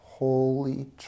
Holy